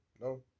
No